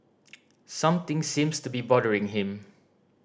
something seems to be bothering him